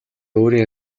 өөрийн